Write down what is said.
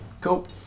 Cool